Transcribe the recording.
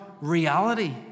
reality